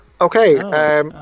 Okay